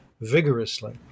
vigorously